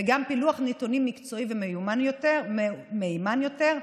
וגם פילוח נתונים מקצועי ומהימן יותר.